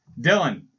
Dylan